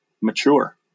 mature